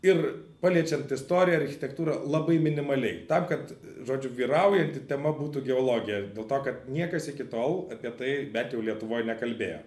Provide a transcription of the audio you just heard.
ir paliečiant istoriją architektūrą labai minimaliai tam kad žodžiu vyraujanti tema būtų geologija dėl to kad niekas iki tol apie tai bent jau lietuvoj nekalbėjo